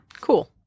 cool